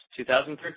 2013